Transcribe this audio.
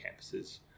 campuses